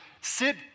sit